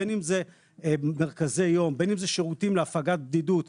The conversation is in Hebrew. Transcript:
בין אם זה מרכזי יום ובין אם זה שירותים להפגת בדידות,